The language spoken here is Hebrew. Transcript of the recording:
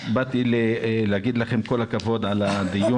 חבריי, אני באמת להגיד לכם כל הכבוד על הדיון.